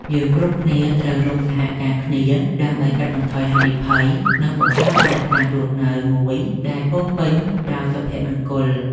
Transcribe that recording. យើងគ្រប់គ្នាត្រូវរួមសហការគ្នាដើម្បីកាត់បន្ថយហានិភ័យ និងបង្កើតបរិស្ថានរស់នៅមួយដែលពោរពេញដោយសុភមង្គល។